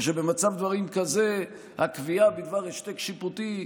ושבמצב דברים כזה הקביעה בדבר השתק שיפוטי,